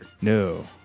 No